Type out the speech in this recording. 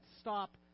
stop